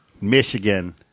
Michigan